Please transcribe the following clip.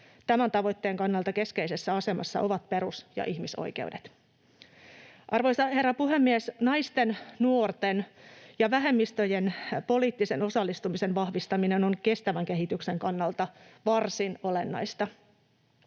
Tämän tavoitteen kannalta keskeisessä asemassa ovat perus- ja ihmisoikeudet. Arvoisa herra puhemies! Naisten, nuorten ja vähemmistöjen poliittisen osallistumisen vahvistaminen on kestävän kehityksen kannalta varsin olennaista.